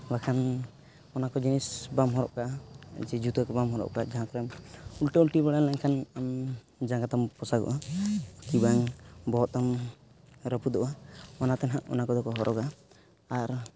ᱵᱟᱠᱷᱟᱱ ᱚᱱᱟ ᱠᱚ ᱡᱤᱱᱤᱥ ᱵᱟᱢ ᱦᱚᱨᱚᱜ ᱠᱟᱜᱼᱟ ᱪᱮ ᱡᱩᱛᱟᱹᱠᱚ ᱵᱟᱢ ᱦᱚᱨᱚᱜ ᱠᱟᱜᱼᱟ ᱡᱟᱦᱟᱸ ᱠᱚᱨᱮᱢ ᱩᱞᱴᱟᱹᱼᱩᱞᱴᱤ ᱵᱟᱲᱟ ᱞᱮᱱᱠᱷᱟᱱ ᱡᱟᱸᱜᱟ ᱛᱟᱢ ᱯᱚᱥᱟᱜᱚᱜᱼᱟ ᱠᱤ ᱵᱟᱝ ᱵᱚᱦᱚᱜ ᱛᱟᱢ ᱨᱟᱹᱯᱩᱫᱚᱜᱼᱟ ᱚᱱᱟᱛᱮ ᱱᱟᱦᱟᱜ ᱠᱚᱫᱚ ᱠᱚ ᱦᱚᱨᱚᱜᱟ ᱟᱨ